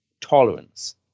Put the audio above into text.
tolerance